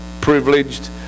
privileged